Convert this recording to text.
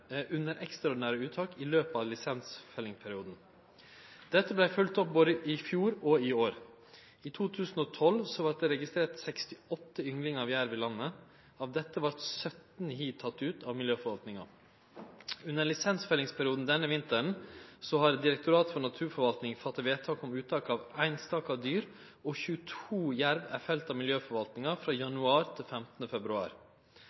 under ekstraordinære uttak under lisensfellingsperioden. Dette vart følgt opp både i fjor og i år. I 2012 vart det registrert 68 ynglingar av jerv i landet. Av dette vart 17 hi tekne ut av miljøforvaltninga. Under lisensfellingsperioden denne vinteren har Direktoratet for naturforvaltning fatta vedtak om uttak av einstaka dyr, og 22 jerv er felte av miljøforvaltninga frå januar til 15. februar.